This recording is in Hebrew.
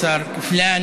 השר,